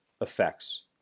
effects